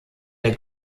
der